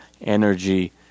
energy